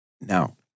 Now